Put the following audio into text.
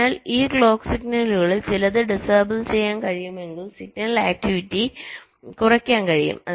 അതിനാൽ ഈ ക്ലോക്ക് സിഗ്നലുകളിൽ ചിലത് ഡിസേബിൾ ചെയ്യാൻ കഴിയുമെങ്കിൽ സിഗ്നൽ ആക്ടിവിറ്റി കുറയ്ക്കാൻ കഴിയും